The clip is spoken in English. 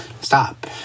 stop